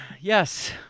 Yes